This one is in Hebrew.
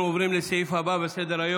אנחנו עוברים לסעיף הבא בסדר-היום,